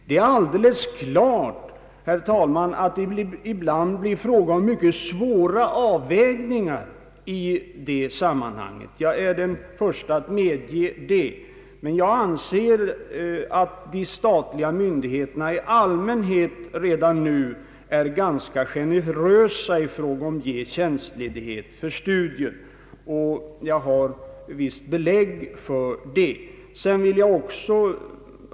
Det är alldeles självklart att det ibland blir fråga om mycket svåra avvägningar i det sammanhanget — jag är den förste att medge det. Men jag anser att de statliga myndigheterna redan nu i allmänhet är ganska generösa i fråga om att bevilja tjänstledighet för studier, och jag har belägg för denna min uppfattning.